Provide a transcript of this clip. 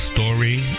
Story